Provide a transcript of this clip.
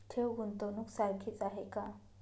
ठेव, गुंतवणूक सारखीच आहे का?